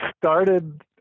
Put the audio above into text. started